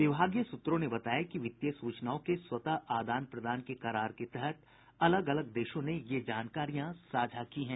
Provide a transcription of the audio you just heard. विभागीय सूत्रों ने बताया कि वित्तीय सूचनाओं के स्वतः आदान प्रदान के करार के तहत अलग अलग देशों ने ये जानकारियां साझा की हैं